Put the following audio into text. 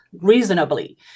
reasonably